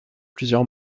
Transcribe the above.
plusieurs